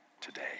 today